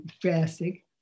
drastic